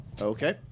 Okay